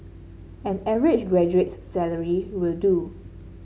an average graduate's salary will do